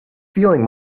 feeling